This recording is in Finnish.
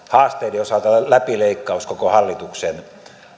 haasteiden osalta aika hyvä läpileikkaus koko hallituksen